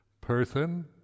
person